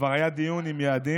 כבר היה דיון עם יעדים,